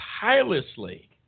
tirelessly